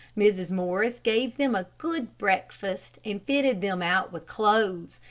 mrs. morris gave them a good breakfast and fitted them out with clothes,